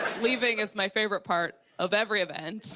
leaving is my favorite part of every event.